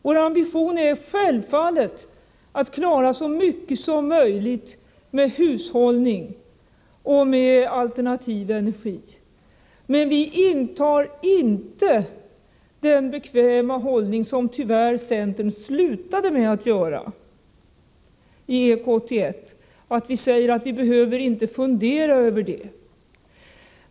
Vår ambition är självfallet att klara så mycket som möjligt med hushållning och med alternativ energi, men vi intar inte den bekväma hållning som centern tyvärr slutligen intog i EK 81: att säga att man inte behöver fundera över det.